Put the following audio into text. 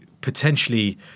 potentially